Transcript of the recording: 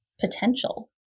potential